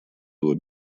его